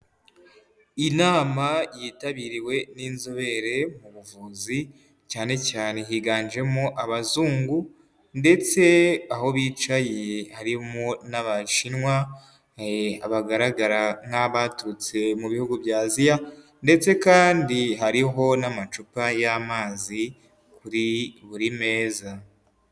Inama yitabiriwe n'inzobere mu buvuzi cyane cyane higanjemo abazungu ndetse aho bicaye harimo n'abashinwa ,bagaragara nk'abaturutse mu bihugu bya aziya ndetse kandi hariho n'amacupa y'amazi kuri buri meza.